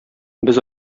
без